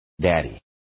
Daddy